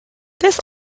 this